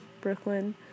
Brooklyn